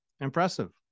Impressive